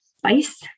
spice